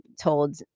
told